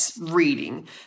reading